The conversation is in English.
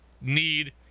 need